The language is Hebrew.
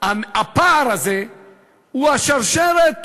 הפער הזה הוא השרשרת